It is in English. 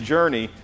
Journey